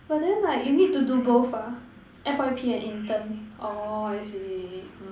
but then like you need to do both ah F_Y_P and intern orh I see